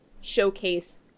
showcase